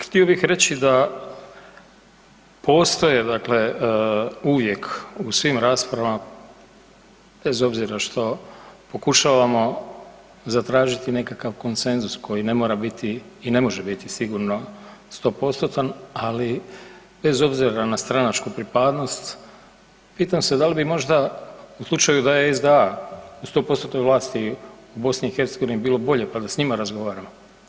Htio bih reći da postoje uvijek u svim raspravama bez obzira što pokušavamo zatražiti nekakav konsenzus koji ne mora biti i ne može biti sigurno 100%-an ali bez obzira na stranačku pripadnost, pitam se da li bi možda u slučaju da je SDA u 100%-noj vlasti u BiH bilo bolje pa da s njima razgovaramo.